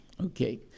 okay